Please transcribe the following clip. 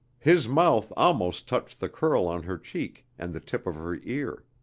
his mouth almost touched the curl on her cheek and the tip of her ear.